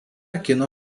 kino